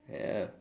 ya